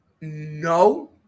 No